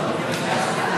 בעד,